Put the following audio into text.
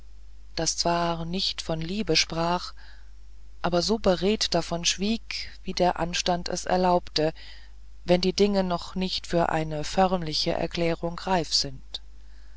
das zwar nicht von liebe sprach aber so beredt davon schwieg wie der anstand es erlaubt wenn die dinge noch nicht für eine förmliche erklärung reif sind